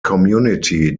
community